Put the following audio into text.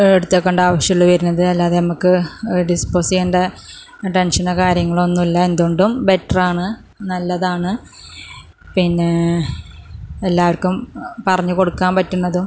എടുത്തേക്കണ്ട ആവിശ്യമേയുള്ളു വരുന്നത് അല്ലാതെ നമുക്ക് ഡിസ്പോസ് ചെയ്യണ്ട ടെൻഷനോ കാര്യങ്ങളോ ഒന്നു ഇല്ല എന്ത് കൊണ്ടും ബെറ്റർ ആണ് നല്ലതാണ് പിന്നേ എല്ലാവർക്കും പറഞ്ഞ് കൊടുക്കാൻ പറ്റുന്നതും